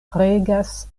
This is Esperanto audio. regas